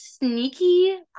sneaky